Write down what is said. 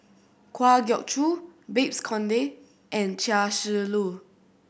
Kwa Geok Choo Babes Conde and Chia Shi Lu